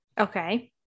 Okay